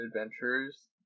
adventurers